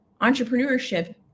Entrepreneurship